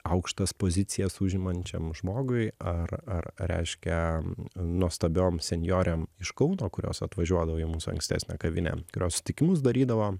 aukštas pozicijas užimančiam žmogui ar ar reiškia nuostabiom senjorėm iš kauno kurios atvažiuodavo į mūsų ankstesnę kavinę kurioj susitikimus darydavo